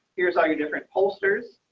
here's all your different pollsters